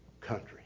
country